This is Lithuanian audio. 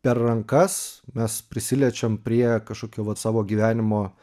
per rankas mes prisiliečiam prie kažkokio savo gyvenimo